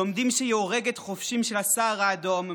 לומדים שהיא הורגת חובשים של הסהר האדום,